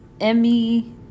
Emmy